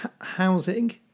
housing